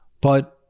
But-